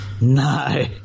No